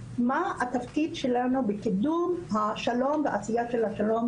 מה התפקיד שלנו בקידום השלום ועשייה של השלום